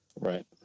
Right